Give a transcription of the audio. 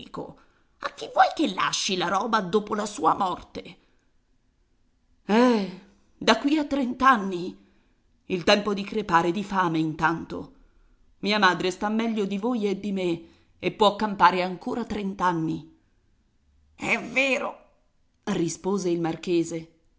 vuoi che lasci la roba dopo la sua morte eh da qui a trent'anni il tempo di crepare di fame intanto mia madre sta meglio di voi e di me e può campare ancora trent'anni è vero rispose il marchese